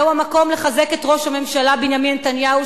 זה המקום לחזק את ראש הממשלה בנימין נתניהו,